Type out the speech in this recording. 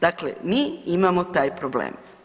Dakle mi imamo taj problem.